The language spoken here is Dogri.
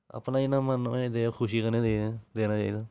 अपना जिन्ना मन होऐ देयै खुशी कन्नै देना देना चाहिदा